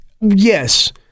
yes